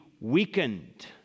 weakened